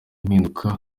impinduka